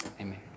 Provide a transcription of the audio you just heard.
Amen